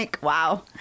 wow